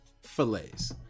fillets